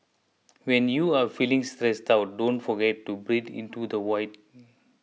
when you are feeling stressed out don't forget to breathe into the void